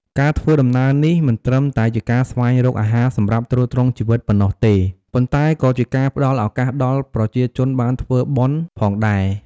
ការធ្វើដំណើរនេះ មិនត្រឹមតែជាការស្វែងរកអាហារសម្រាប់ទ្រទ្រង់ជីវិតប៉ុណ្ណោះទេ ប៉ុន្តែក៏ជាការផ្តល់ឱកាសដល់ប្រជាជនបានធ្វើបុណ្យផងដែរ។